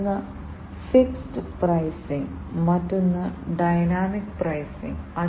ഒന്ന് fixed pricing മറ്റൊന്ന് dynamic pricing